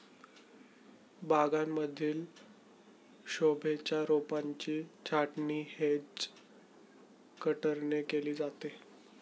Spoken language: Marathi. बागांमधील शोभेच्या रोपांची छाटणी हेज कटरने केली जाते